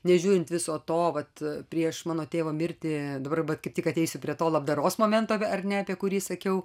nežiūrint viso to vat prieš mano tėvo mirtį dabar kaip tik ateisi prie to labdaros momento ar ne apie kurį įsakiau